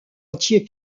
entier